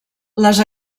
les